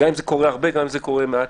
גם אם זה קורה הרבה וגם אם זה קורה מעט,